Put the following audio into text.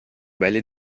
belli